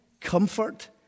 comfort